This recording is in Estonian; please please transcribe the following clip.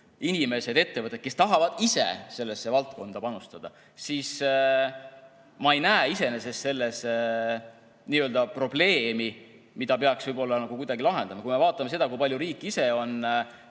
inimesed ja ettevõtted, kes tahavad ise sellesse valdkonda panustada, siis ma ei näe iseenesest selles probleemi, mida peaks kuidagi lahendama. Kui me vaatame seda, kui palju riik ise on